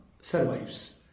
survives